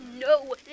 No